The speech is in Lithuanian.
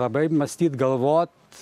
labai mąstyt galvot